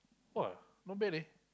!wah! not bad leh